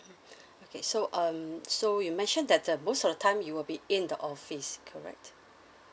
okay so um so you mentioned that the most of the time you will be in the office correct